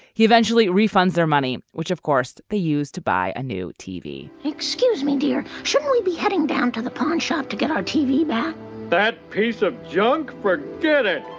he eventually refund their money which of course they use to buy a new tv excuse me dear. should we be heading down to the pawn shop to get our tv back that piece of junk. get it.